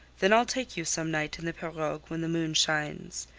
then i'll take you some night in the pirogue when the moon shines.